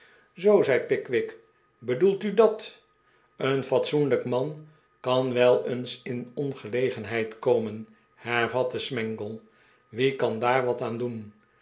zoo zei pickwick bedoelt u dat een fatsoenlijk man kan wel eens in ongelegenheid komen hervatte smangle wie kan daar wat aan doen